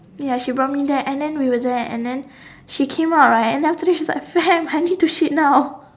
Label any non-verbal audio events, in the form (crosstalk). ya she brought me there and then we were there and then she came out right and after that she was like Sam (laughs) I need to shit now